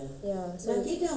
ya so